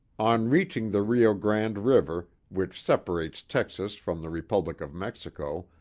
on reaching the rio grande river, which separates texas from the republic of mexico,